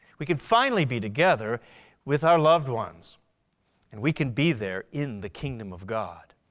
we can finally be together with our loved ones and we can be there in the kingdom of god.